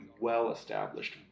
well-established